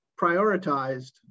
prioritized